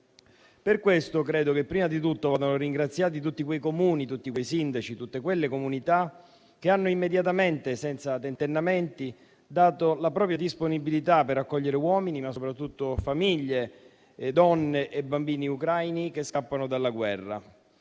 Per questo credo che prima di tutto vadano ringraziati tutti quei Comuni, tutti quei sindaci e tutte quelle comunità che hanno immediatamente e senza tentennamenti dato la propria disponibilità per accogliere uomini, ma soprattutto famiglie, donne e bambini ucraini che scappano dalla guerra